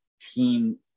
team